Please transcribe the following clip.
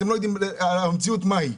ואתם לא יודעים המציאות מהי.